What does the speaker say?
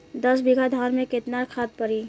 दस बिघा धान मे केतना खाद परी?